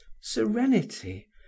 serenity